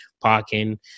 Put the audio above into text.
parking